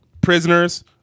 Prisoners